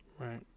Right